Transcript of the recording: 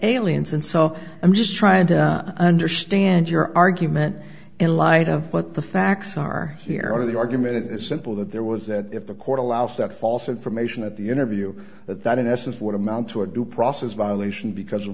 aliens and so i'm just trying to understand your argument in light of what the facts are here are the argument is simple that there was that if the court allows that false information at the interview that that in essence would amount to a due process violation because of